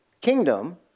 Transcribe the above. kingdom